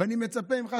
ואני מצפה ממך,